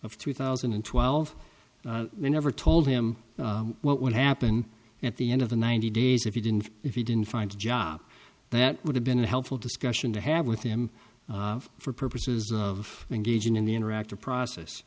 of two thousand and twelve you never told him what would happen at the end of the ninety days if you didn't if you didn't find a job that would have been helpful discussion to have with him for purposes of engaging in the interactive process